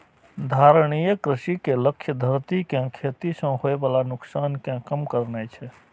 धारणीय कृषि के लक्ष्य धरती कें खेती सं होय बला नुकसान कें कम करनाय छै